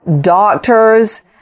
doctors